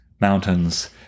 mountains